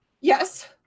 yes